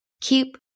keep